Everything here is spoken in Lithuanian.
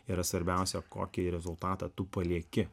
yra svarbiausia kokį rezultatą tu palieki